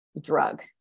drug